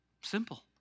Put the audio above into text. Simple